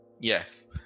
Yes